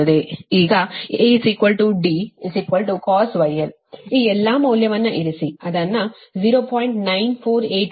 ಈಗ A D cosh γl ಈ ಎಲ್ಲಾ ಮೌಲ್ಯವನ್ನು ಇರಿಸಿ ಅದನ್ನು 0